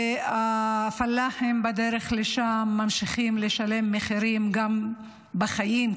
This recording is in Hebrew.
והפלחים בדרך לשם ממשיכים לשלם מחירים גם בחיים,